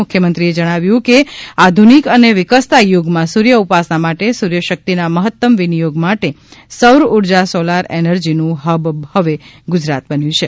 મુખ્યમંત્રીશ્રીએ જણાવ્યું કે આધુનિક અને વિકસતા યુગમાં સૂર્ય ઉપાસના માટે સૂર્યશક્તિના મહત્તમ વિનિયોગ માટે સૌર ઉર્જા સોલાર એનર્જીનું હબ હવે ગુજરાત બન્યું છે